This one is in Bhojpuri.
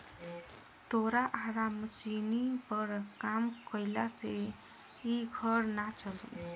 तोरा आरा मशीनी पर काम कईला से इ घर ना चली